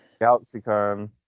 GalaxyCon